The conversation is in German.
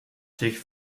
sich